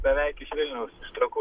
beveik iš vilniaus iš trakų